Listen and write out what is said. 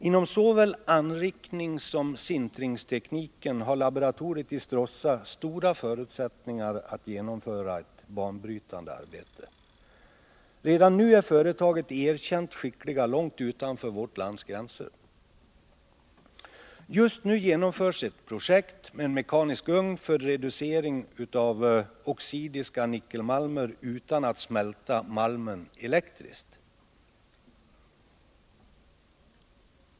Inom såväl anrikningssom sintringstekniken har laboratoriet i Stråssa stora förutsättningar att genomföra ett banbrytande arbete. Redan nu är företaget erkänt skickligt långt utanför vårt lands gränser. Just nu genomförs ett projekt med en mekanisk ugn för reducering av oxidiska nickelmalmer utan att smälta malmen elektriskt.